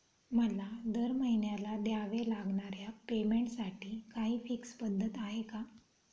मला दरमहिन्याला द्यावे लागणाऱ्या पेमेंटसाठी काही फिक्स पद्धत आहे का?